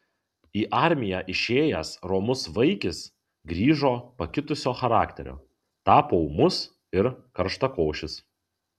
į armiją išėjęs romus vaikis grįžo pakitusio charakterio tapo ūmus ir karštakošis